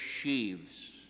sheaves